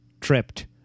Tripped